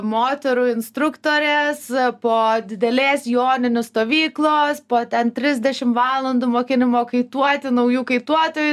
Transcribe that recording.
moterų instruktorės po didelės joninių stovyklos po ten trisdešim valandų mokinimo kaituoti naujų kaituotojų